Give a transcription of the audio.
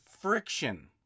friction